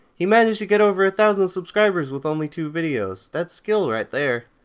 he managed to get over a thousand subscribers with only two videos. that's skill right there.